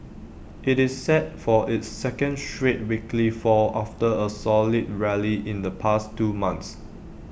IT is set for its second straight weekly fall after A solid rally in the past two months